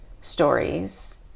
stories